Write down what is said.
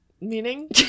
Meaning